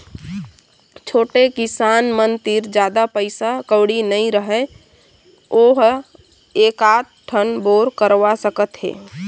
छोटे किसान मन तीर जादा पइसा कउड़ी नइ रहय वो ह एकात ठन बोर करवा सकत हे